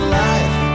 life